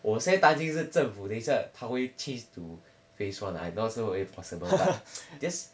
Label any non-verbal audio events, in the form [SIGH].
我现在担心是政府等一下他会 change to phase one I not sure if possible but [NOISE] this